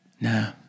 No